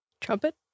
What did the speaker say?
Trumpet